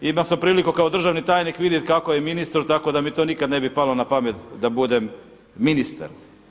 Imao sam priliku kao državni tajnik vidjet kako je ministru tako da mi to nikad ne bi palo na pamet da budem ministar.